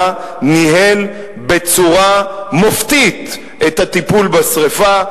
ניהל בצורה מופתית את הטיפול בשרפה.